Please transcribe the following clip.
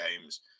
games